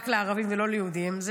רק לערבים ולא ליהודים?